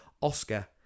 Oscar